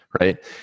Right